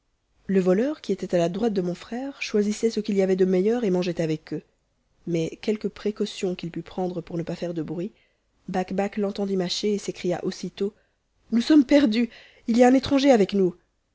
le voleur qui était à la droite de mon frère choisissait ce qu'il y avait de meilleur et mangeait avec eux mais quelque précaution qu'il put prendre pour ne pas faire de bruit bakbac l'entendit mâcher et s'écria aussitôt nous sommes perdus it y a un étranger avec nous